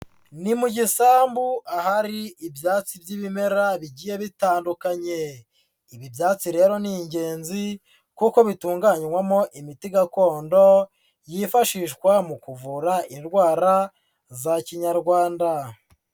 Ni mu gisambu ahari ibyatsi by'ibimera bigiye bitandukanye, ibi byatsi rero ni ingenzi kuko bitunganywamo imiti gakondo yifashishwa mu kuvura indwara za Kinyarwanda.